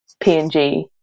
PNG